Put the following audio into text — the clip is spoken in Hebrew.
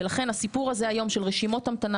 ולכן הסיפור הזה היום של רשימות המתנה